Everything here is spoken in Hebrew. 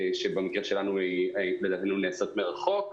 שבמקרה שלנו היא נעשית מרחוק.